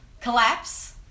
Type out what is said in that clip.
collapse